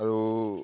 আৰু